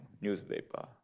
newspaper